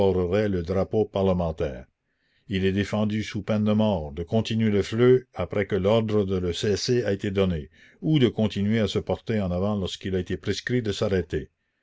le drapeau parlementaire il est défendu sous peine de mort de continuer le feu après que l'ordre de le cesser a été donné ou de continuer à se porter en avant lorsqu'il a été prescrit de s'arrêter